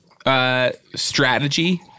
strategy